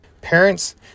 Parents